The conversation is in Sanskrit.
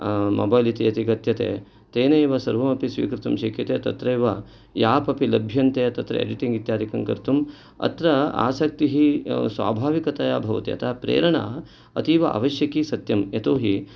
मोबैल् इति यत् कथ्यते तेन एव सर्वमपि स्वीकर्तुं शक्यते तत्रैव याप् अपि लभ्यन्ते तत्र एडिटिङ्ग् इत्यादिकं कर्तुम् अत्र आसक्तिः स्वाभाविकतया भवति अतः प्रेरणा अतीव आवश्यकी सत्यं यतोहि